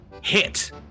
hit